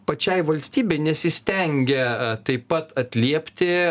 pačiai valstybei nesistengia taip pat atliepti